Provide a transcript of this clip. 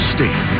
State